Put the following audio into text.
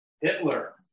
Hitler